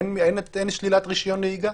אין שלילת רישיון נהיגה?